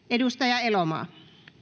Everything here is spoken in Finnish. edustaja elomaa